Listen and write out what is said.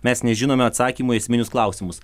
mes nežinome atsakymo į esminius klausimus